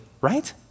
Right